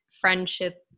friendship